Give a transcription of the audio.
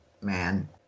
man